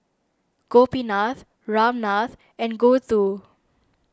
Gopinath Ramnath and Gouthu